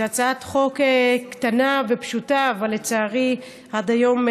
זו הצעת חוק קטנה ופשוטה, אבל לצערי עד היום,